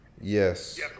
Yes